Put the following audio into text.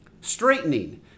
straightening